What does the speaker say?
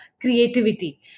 creativity